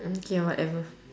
mm K whatever